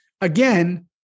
again